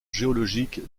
géologique